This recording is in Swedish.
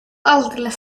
alldeles